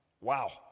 Wow